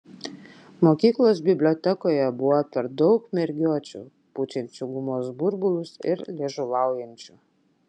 mokyklos bibliotekoje buvo per daug mergiočių pučiančių gumos burbulus ir liežuvaujančių